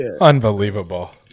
Unbelievable